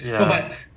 ya